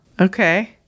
Okay